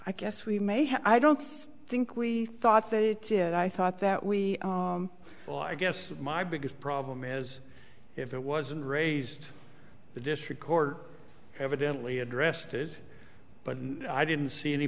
i guess we may have i don't think we thought that it i thought that we well i guess my biggest problem is if it wasn't raised the district court evidently addressed it but i didn't see any